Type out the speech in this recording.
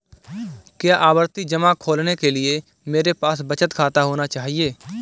क्या आवर्ती जमा खोलने के लिए मेरे पास बचत खाता होना चाहिए?